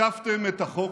תקפתם את החוק,